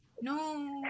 no